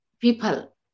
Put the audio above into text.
people